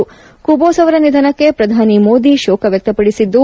ಕ್ಕೂಬಾಸ್ ಅವರ ನಿಧನಕ್ಕೆ ಪ್ರಧಾನಿ ಮೋದಿ ಶೋಕ ವ್ಯಕ್ಷಪಡಿಸಿದ್ದು